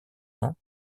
ans